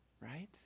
right